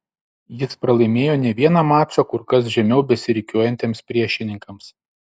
jis pralaimėjo ne vieną mačą kur kas žemiau besirikiuojantiems priešininkams